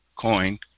Coin